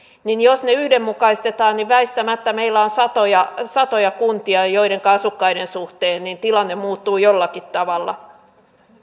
että jos ne yhdenmukaistetaan niin väistämättä meillä on satoja satoja kuntia joidenka asukkaiden suhteen tilanne muuttuu jollakin tavalla